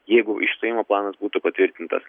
jeigu išstojimo planas būtų patvirtintas